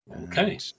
Okay